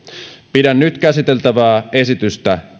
pidän nyt käsiteltävää esitystä